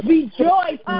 Rejoice